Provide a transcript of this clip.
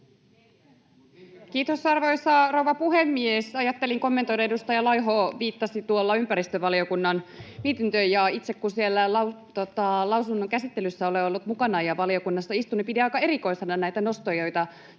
Kiitos, arvoisa rouva puhemies! Ajattelin kommentoida. Edustaja Laiho viittasi tuolla ympäristövaliokunnan mietintöön, ja itse kun siellä lausunnon käsittelyssä olen ollut mukana ja valiokunnassa istun, niin pidin aika erikoisena näitä nostoja, joita tässä